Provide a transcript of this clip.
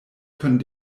können